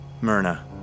Myrna